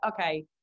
okay